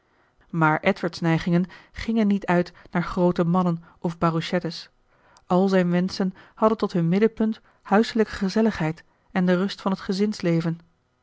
maar edward's neigingen gingen niet uit naar groote mannen of barouchettes al zijn wenschen hadden tot hun middenpunt huiselijke gezelligheid en de rust van het gezinsleven